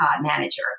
manager